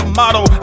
model